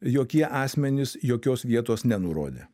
jokie asmenys jokios vietos nenurodė